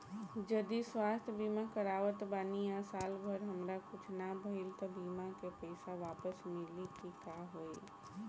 जदि स्वास्थ्य बीमा करावत बानी आ साल भर हमरा कुछ ना भइल त बीमा के पईसा वापस मिली की का होई?